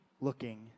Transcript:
looking